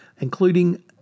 including